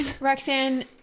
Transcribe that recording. Roxanne